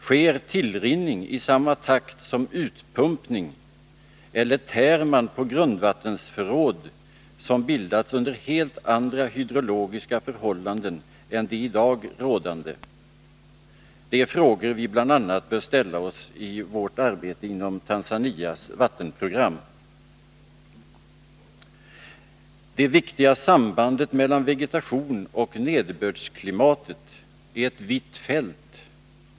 Sker tillrinningen i samma takt som utpumpningen, eller tär man på ett grundvattensförråd som bildats under helt andra hydrologiska förhållanden än de i dag rådande? Det är frågor vi bl.a. bör ställa oss i vårt arbete inom Tanzanias vattenprogram. Det viktiga sambandet mellan vegetation och nederbördsklimat är ett vitt fält.